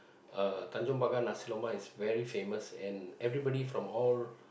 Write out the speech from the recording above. uh Tanjong-Pagar nasi-lemak is very famous and everybody from all